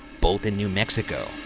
both in new mexico.